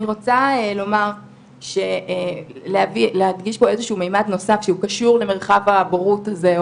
אני רוצה לומר להדגיש פה איזשהו ממד נוסף שהוא קשור למרחב הבורות הזה,